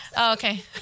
okay